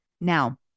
Now